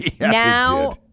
Now